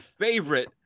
favorite